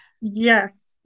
Yes